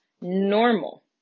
normal